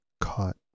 caught